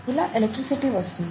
ఇలా ఎలెక్ట్రిసిటీ వస్తుంది